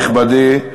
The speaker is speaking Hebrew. תודה, נכבדי.